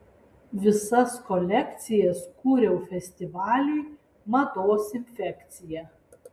visas kolekcijas kūriau festivaliui mados infekcija